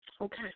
Okay